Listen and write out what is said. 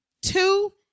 two